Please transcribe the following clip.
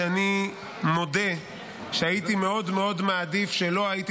אני מודה שהייתי מאוד מאוד מעדיף שלא הייתי